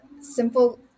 simple